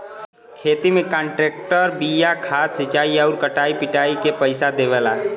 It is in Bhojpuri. खेती में कांट्रेक्टर बिया खाद सिंचाई आउर कटाई पिटाई के पइसा देवला